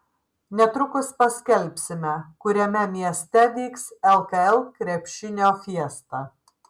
netrukus paskelbsime kuriame mieste vyks lkl krepšinio fiesta